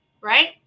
right